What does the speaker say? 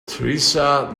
teresa